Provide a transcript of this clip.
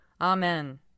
Amen